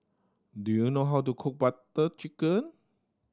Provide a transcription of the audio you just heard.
do you know how to cook Butter Chicken